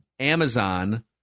Amazon